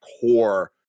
core